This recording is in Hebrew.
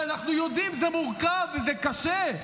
ואנחנו יודעים, זה מורכב וזה קשה,